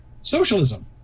socialism